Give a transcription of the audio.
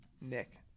Nick